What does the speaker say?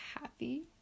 happy